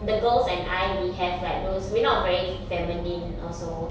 the girls and I we have like those we're not very feminine also